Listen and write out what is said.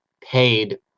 paid